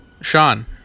Sean